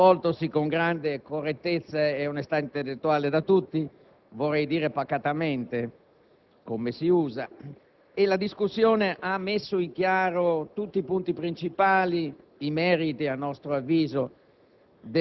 svolto con grande correttezza e onestà intellettuale da parte di tutti, vorrei dire pacatamente, come si usa. La discussione ha evidenziato tutti i punti principali, i meriti - a nostro avviso